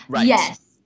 yes